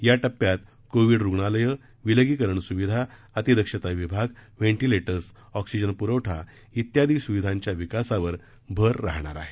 या टप्प्यात कोविड रुग्णालया शिलगीकरण सुविधा अतिदक्षता विभाग व्हेंटिलेटर्स ऑक्सिजन पुरवठा इत्यादी सुविधाच्या विकासावर भर राहणार आहे